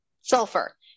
Sulfur